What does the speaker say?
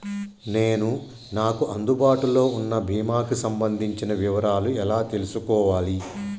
నేను నాకు అందుబాటులో ఉన్న బీమా కి సంబంధించిన వివరాలు ఎలా తెలుసుకోవాలి?